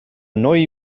noi